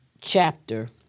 chapter